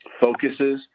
focuses